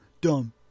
dumb